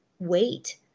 wait